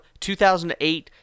2008